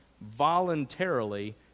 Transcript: voluntarily